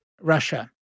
Russia